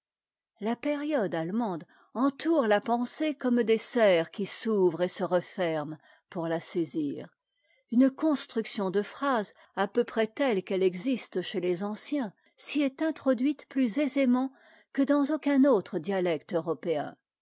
la période allemande entoure la pensée comme des serres qui s'ouvrent et se referment pour la saisir une construction de phrases à peu près telle qu'elle existe chez les anciens s'y est introduite plus aisément que dans aucun autre dialecte européen